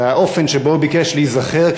את האופן שבו הוא ביקש להיזכר,